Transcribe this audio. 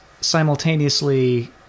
simultaneously